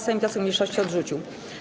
Sejm wniosek mniejszości odrzucił.